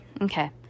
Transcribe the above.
Okay